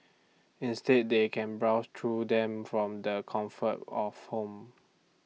instead they can browse through them from the comfort of home